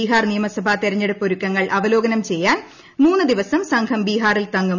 ബിഹാർ നിയമസഭ തിരഞ്ഞെടുപ്പ് ഒരുക്കങ്ങൾ അവലോക്യാൻ ചെയ്യാൻ മൂന്ന് ദിവസം സംഘം ബിഹാറിൽ തങ്ങും